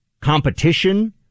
competition